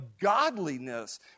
godliness